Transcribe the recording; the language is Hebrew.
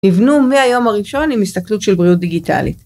‫נבנו מהיום הראשון ‫עם הסתכלות של בריאות דיגיטלית.